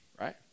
right